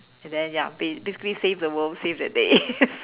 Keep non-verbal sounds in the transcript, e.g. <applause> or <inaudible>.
and then ya ba~ basically save the world save the day <laughs>